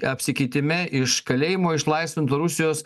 apsikeitime iš kalėjimo išlaisvinto rusijos